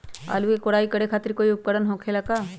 आलू के कोराई करे खातिर कोई उपकरण हो खेला का?